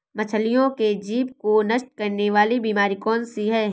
मछलियों के जीभ को नष्ट करने वाली बीमारी कौन सी है?